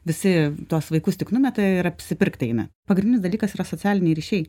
visi tuos vaikus tik numeta ir apsipirkt eina pagrindinis dalykas yra socialiniai ryšiai